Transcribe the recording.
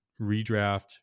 redraft